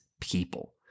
people